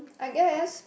I guess